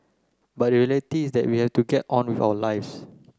but the reality is that we have to get on with our lives